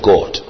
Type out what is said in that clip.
God